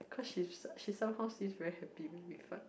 cause she's she somehow feels very happy when we fight